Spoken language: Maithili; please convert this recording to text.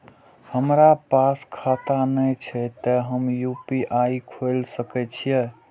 हमरा पास खाता ने छे ते हम यू.पी.आई खोल सके छिए?